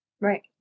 Right